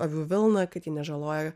avių vilną kad jie nežaloja